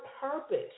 purpose